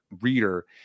reader